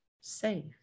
safe